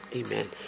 amen